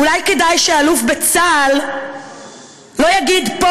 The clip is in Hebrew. אולי כדאי שאלוף בצה"ל לא יגיד פה,